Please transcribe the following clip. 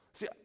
See